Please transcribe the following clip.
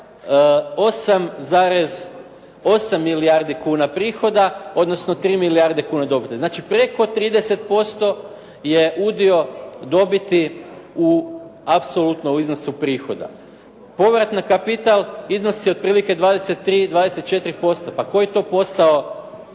8,8 milijardi kuna prihoda, odnosno 3 milijarde kuna dobiti. Znači preko 30% je udio dobiti apsolutno u iznosu prihoda. Povrat na kapital iznosi otprilike 23, 24%. Pa koji to posao